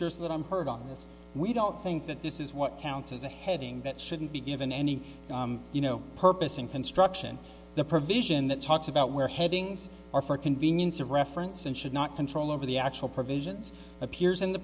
sure that i'm heard on this we don't think that this is what counts as a heading that shouldn't be given any you know purpose in construction the provision that talks about where headings are for convenience of reference and should not control over the actual provisions appears in the